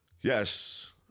Yes